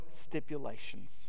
stipulations